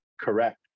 Correct